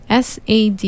SAD